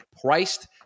Priced